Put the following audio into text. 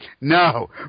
no